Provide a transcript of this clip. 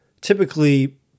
typically